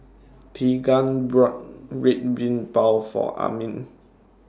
Teagan bought Red Bean Bao For Amin